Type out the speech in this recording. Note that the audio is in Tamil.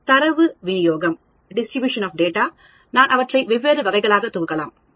தரவு விநியோகம் நான் அவற்றை வெவ்வேறு வகைகளாக தொகுக்கலாமா